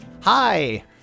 hi